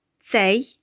say